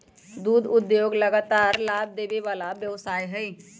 दुध उद्योग लगातार लाभ देबे वला व्यवसाय हइ